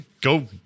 go